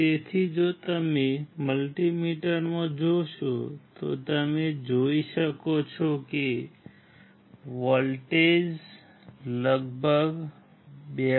તેથી જો તમે મલ્ટિમીટરમાં જોશો તો તમે જોઈ શકો છો કે વોલ્ટેજ લગભગ 2